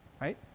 right